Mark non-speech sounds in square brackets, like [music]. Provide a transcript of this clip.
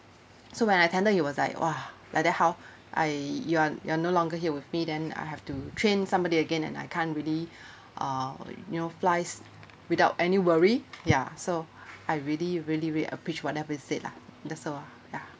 so when I tender he was like !wah! like that how I you are you are no longer here with me then I have to train somebody again and I can't really [breath] uh you know flies without any worry ya so I really really very appreciate whatever he said lah that's all ah ya